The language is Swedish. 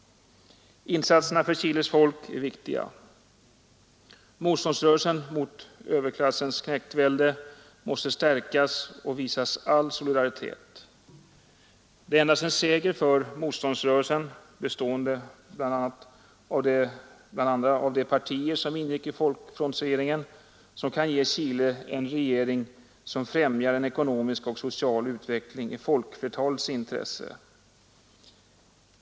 Insatserna för Chiles folk är viktiga. Motståndsrörelsen mot överklassens knektvälde måste stärkas och visas all solidaritet. Det är endast en seger för motståndsrörelsen, bestående bl.a. av de partier som ingick i folkfrontsregeringen, som kan ge Chile en regering som främjar en ekonomisk och social utveckling i folkflertalets intresse.